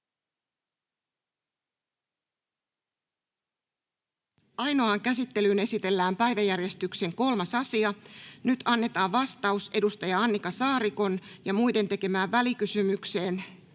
Ainoaan käsittelyyn esitellään päiväjärjestyksen 3. asia. Nyt annetaan vastaus Annika Saarikon ja muiden tekemään välikysymykseen